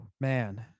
man